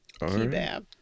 Kebab